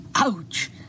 Ouch